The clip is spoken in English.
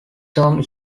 home